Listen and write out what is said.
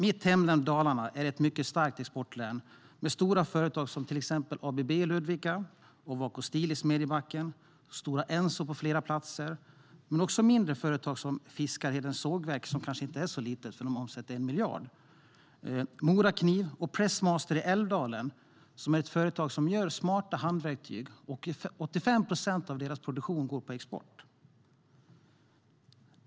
Mitt hemlän Dalarna är ett mycket starkt exportlän med stora företag som ABB i Ludvika, Ovako Steel i Smedjebacken, Stora Enso men också mindre företag som Fiskarhedens sågverk, som kanske inte är så litet, för man omsätter 1 miljard, Morakniv eller Pressmaster i Älvdalen, som gör smarta handverktyg där 85 procent av produktionen går på export.